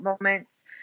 moments